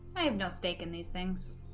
i have no stake in these things